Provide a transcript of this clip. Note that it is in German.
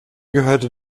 gehörte